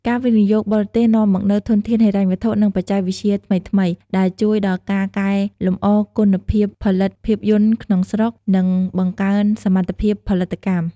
ការវិនិយោគបរទេសនាំមកនូវធនធានហិរញ្ញវត្ថុ និងបច្ចេកវិទ្យាថ្មីៗ ដែលជួយដល់ការកែលម្អគុណភាពផលិតភាពយន្តក្នុងស្រុក និងបង្កើនសមត្ថភាពផលិតកម្ម។